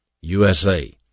USA